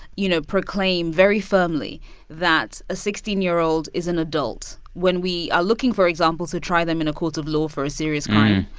you know, proclaim very firmly that a sixteen year old is an adult when are are looking, for example, to try them in a court of law for a serious crime.